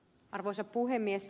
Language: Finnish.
arvoisa puhemies